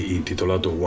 intitolato